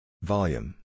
Volume